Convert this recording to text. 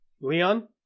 Leon